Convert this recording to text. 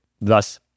Thus